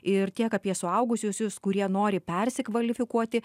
ir tiek apie suaugusiuosius kurie nori persikvalifikuoti